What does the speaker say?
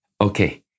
Okay